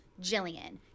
Jillian